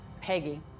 Peggy